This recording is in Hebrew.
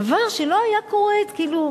דבר שלא היה קורה, את כאילו,